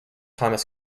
thomas